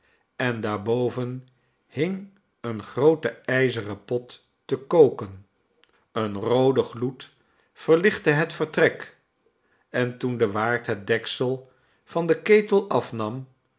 en daarboven hing een groote ijzeren pot te koken een roode gloed verlichtte het vertrek en toen de waard het deksel van den ketel afnam